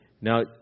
Now